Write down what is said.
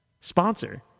sponsor